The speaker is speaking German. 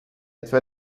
etwa